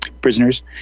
prisoners